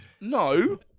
No